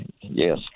Yes